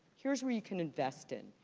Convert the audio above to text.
here's where you can invest in.